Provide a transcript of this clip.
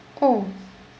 oh